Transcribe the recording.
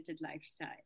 lifestyle